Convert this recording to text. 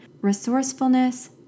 resourcefulness